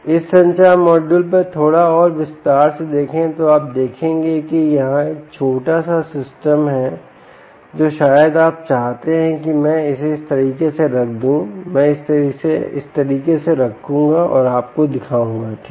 इस संचार मॉड्यूल पर थोड़ा और विस्तार से देखें तो आप देखेंगे कि यहाँ यह छोटा सा सिस्टम है जो शायद आप चाहते हैं कि मैं इसे इस तरह से रख दूं मैं इसे इस तरह से रखूंगा और आपको दिखाऊंगा ठीक